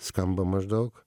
skamba maždaug